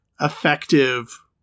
effective